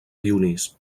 dionís